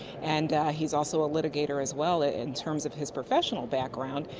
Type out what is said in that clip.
and he is also a litigator as well in terms of his professional background.